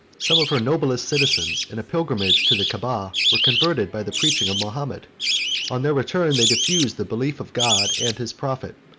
some of her noblest citizens, in a pilgrimage to the canaba, were converted by the preaching of mahomet on their return, they diffused the belief of god and his prophet,